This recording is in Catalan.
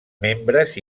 membres